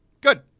Good